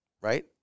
right